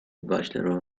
bachelor